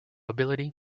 ability